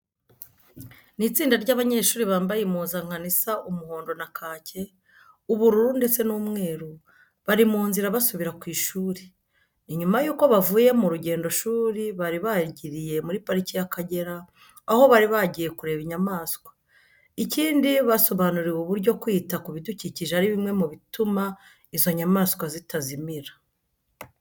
Ni itsinda ry'abanyeshuri bambaye impuzankano isa umuhondo na kake, ub ubururu ndetse n'umweru, bari mu nzira basubira ku ishuri. Ni nyuma yuko bavuye mu rugendoshuri bari bagiriye muri Parike y'Akagera, aho bari bagiye kureba inyamaswa. Ikindi, basobanuriwe uburyo kwita ku bidukikije ari bimwe mu bituma izo nyamaswa zitazimira.